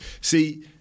see